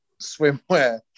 swimwear